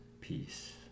peace